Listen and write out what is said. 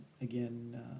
again